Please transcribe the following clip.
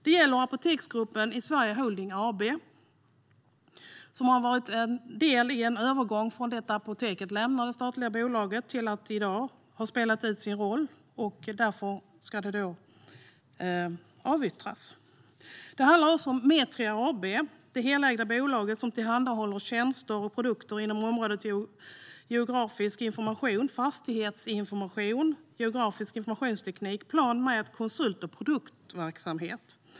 Det handlar om Apoteksgruppen i Sverige Holding AB, som var en del i övergången efter att apoteken lämnade det statliga bolaget. I dag har det spelat ut sin roll, och därför ska det avyttras. Det handlar om Metria AB, ett helägt bolag som tillhandahåller tjänster och produkter inom områdena geografisk information, fastighetsinformation, geografisk informationsteknik, plan och mättjänster och konsult och produktverksamhet.